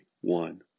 one